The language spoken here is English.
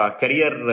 career